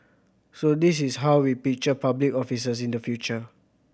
so this is how we picture public officers in the future